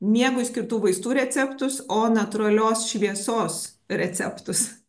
miegui skirtų vaistų receptus o natūralios šviesos receptus